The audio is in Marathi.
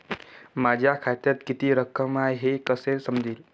माझ्या खात्यात किती रक्कम आहे हे कसे समजेल?